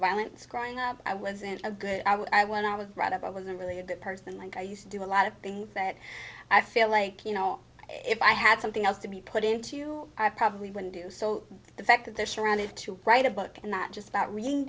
violence growing up i wasn't a good i when i was brought up i was a really good person like i used to do a lot of things that i feel like you know if i had something else to be put into i probably wouldn't do so the fact that they're surrounded to write a book and not just about reading